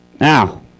Now